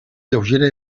lleugera